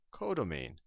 codomain